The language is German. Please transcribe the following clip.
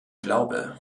glaube